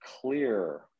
clear